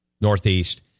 Northeast